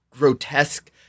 Grotesque